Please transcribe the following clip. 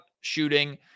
shooting